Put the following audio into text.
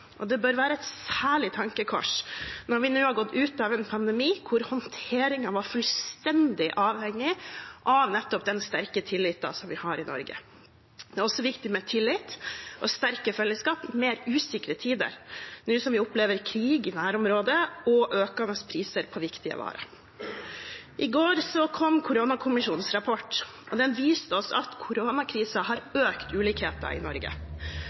Det bør særlig være et tankekors når vi nå har gått ut av en pandemi hvor håndteringen var fullstendig avhengig av nettopp den sterke tilliten som vi har i Norge. Det er også viktig med tillit og sterke fellesskap i mer usikre tider, nå som vi opplever krig i nærområdet og økende priser på viktige varer. I går kom koronakommisjonens rapport. Den viste oss at koronakrisen har økt ulikhetene i Norge.